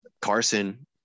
Carson